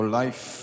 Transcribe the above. life